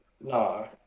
No